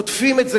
עוטפים את זה,